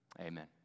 Amen